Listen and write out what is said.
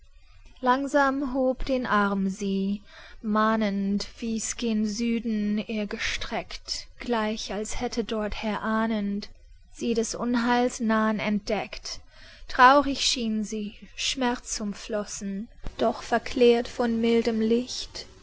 langsam hob den arm sie mahnend wies gen süden er gestreckt gleich als hätte dorther ahnend sie des unheils nah'n entdeckt traurig schien sie schmerzumflossen doch verklärt von mildem licht